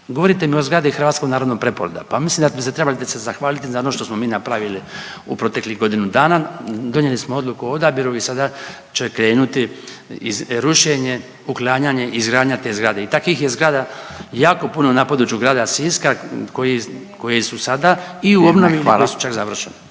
Govorite mi o zgradi Hrvatskog narodnog preporoda, pa mislim da biste se trebali zahvaliti za ono što smo mi napravili u proteklih godinu dana, donijeli smo odluku o odabiru i sada će krenuti rušenje, uklanjanje i izgradnja te zgrade i takvih je zgrada jako puno na području grada Siska koji, koje su sada i u obnovi…/Upadica Radin: